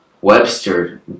webster